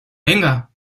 venga